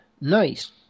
nice